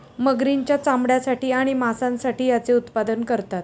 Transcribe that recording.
मगरींच्या चामड्यासाठी आणि मांसासाठी याचे उत्पादन करतात